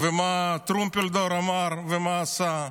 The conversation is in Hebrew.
ומה טרומפלדור אמר ומה עשה.